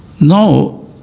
Now